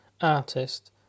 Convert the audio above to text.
artist